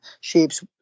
shapes